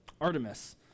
Artemis